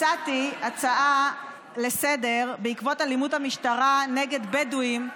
הצעתי הצעה לסדר-היום בעקבות אלימות המשטרה נגד בדואים,